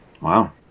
Wow